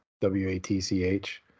W-A-T-C-H